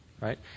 Right